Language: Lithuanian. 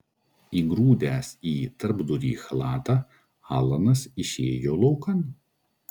įgrūdęs į tarpdurį chalatą alanas išėjo laukan